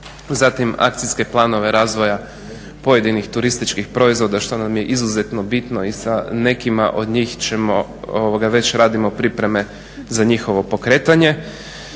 zatim akcijske planove razvoja pojedinih turističkih proizvoda što nam je izuzetno bitno i sa nekima od njih ćemo, već radimo pripreme za njihovo pokretanje.